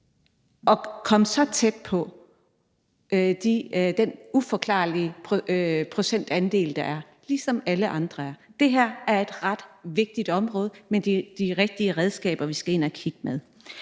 at komme så tæt på den uforklarlige procentandel, der er, ligesom alle andre er. Det her er et ret vigtigt område, men det er de rigtige redskaber, vi skal ind at kigge på